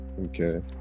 okay